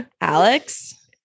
Alex